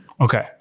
Okay